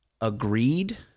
agreed